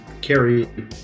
carry